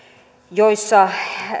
joissa